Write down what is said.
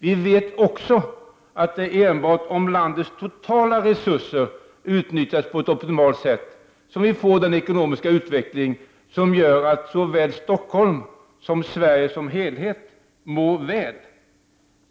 Vi vet också att det är enbart om landets totala resurser utnyttjas på ett optimalt sätt som vi får den ekonomiska utveckling som gör att såväl Stockholm som Sverige som helhet mår väl.